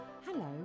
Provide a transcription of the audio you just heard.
Hello